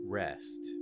rest